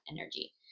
energy